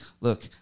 look